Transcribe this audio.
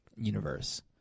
Universe